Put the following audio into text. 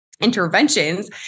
interventions